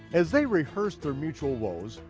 as they rehearsed their mutual woes,